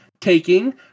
taking